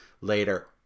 later